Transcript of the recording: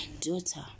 Daughter